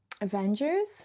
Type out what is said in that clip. Avengers